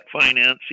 financing